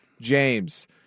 James